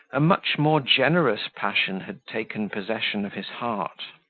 a much more generous passion had taken possession of his heart.